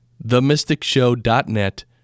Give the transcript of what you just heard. TheMysticShow.net